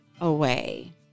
away